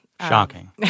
Shocking